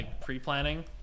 pre-planning